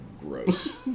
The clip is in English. gross